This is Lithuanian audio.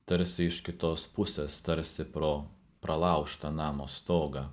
tarsi iš kitos pusės tarsi pro pralaužtą namo stogą